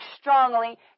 strongly